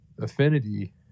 Affinity